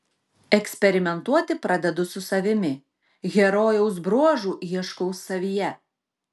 eksperimentuoti pradedu su savimi herojaus bruožų ieškau savyje